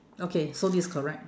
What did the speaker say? okay so this correct